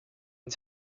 une